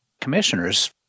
commissioners